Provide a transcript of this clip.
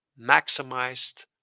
maximized